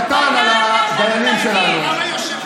קטן על הדיינים שלנו.